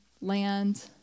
land